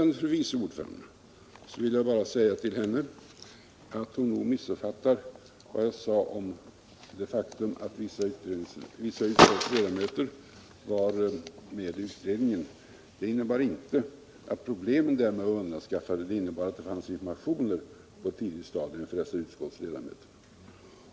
Till fru vice ordföranden vill jag bara säga att hon nog missuppfattade vad jag sade om det faktum att vissa av utskottets ledamöter var med i utredningen. Det innebar inte att problemen därmed var undanskaffade. Det innebar att det fanns informationer på ett tidigt stadium för dessa utskottsledamöter.